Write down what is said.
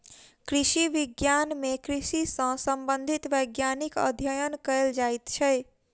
कृषि विज्ञान मे कृषि सॅ संबंधित वैज्ञानिक अध्ययन कयल जाइत छै